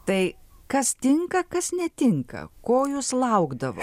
tai kas tinka kas netinka ko jus laukdavo